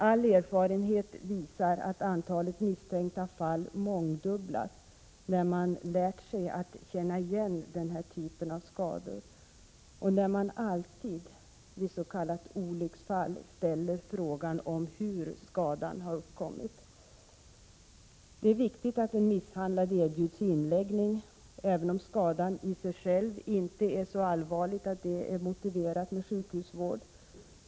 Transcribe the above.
All erfarenhet visar att antalet misstänkta fall mångdubblas, när man lärt sig känna igen den här typen av skador och när man alltid vid s.k. olycksfall ställer frågan hur skadan uppkommit. Det är också viktigt att den misshandlade erbjuds inläggning även om skadan i sig själv inte är så allvarlig att den motiverar sjukhusvård.